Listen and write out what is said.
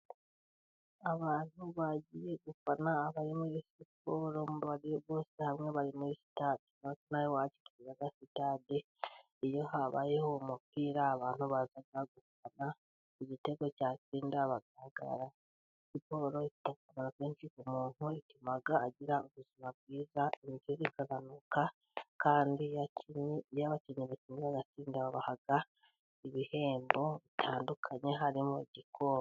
Abantu bagiye gufana abari muri siporo bose hamwe bari muri stade ,nawe sitade iyo habayeho umupira abantu baza gufana igitego cyatsinda bagarahagara, siporo ifite akamaro kenshi ku umuntu ituma agira ubuzima bwiza, ingeri ikagabanuka kandi iyo abakinnyi bakinnye bagatsinda babahaga ibihembo bitandukanye harimo igikombe.